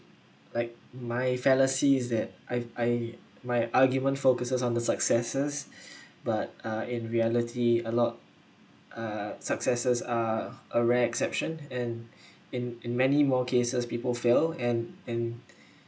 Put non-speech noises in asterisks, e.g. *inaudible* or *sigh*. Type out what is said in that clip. like my fallacy is that I I my argument focuses on the successes *breath* but uh in reality a lot uh successes are a rare exception and in in many more cases people fail and and *breath*